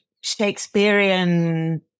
Shakespearean